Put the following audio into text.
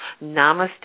Namaste